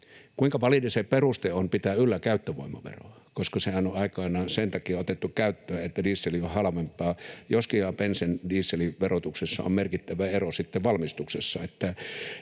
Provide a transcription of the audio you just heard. kuinka validi se peruste on pitää yllä käyttövoimaveroa, koska sehän on aikoinaan sen takia otettu käyttöön, että diesel on halvempaa — joskin bensan ja dieselin verotuksessa on merkittävä ero sitten valmistuksessa.